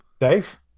Dave